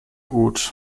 gut